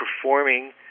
performing